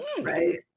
Right